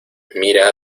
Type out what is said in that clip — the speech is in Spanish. mira